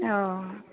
অঁ